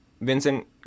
Vincent